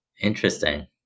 Interesting